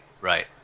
Right